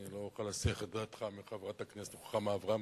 אני לא אוכל להסיח את דעתך מחברת הכנסת רוחמה אברהם.